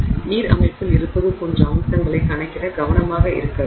நீர் அமைப்பில் இருப்பது போன்ற அம்சங்களைக் கணக்கிட கவனமாக இருக்க வேண்டும்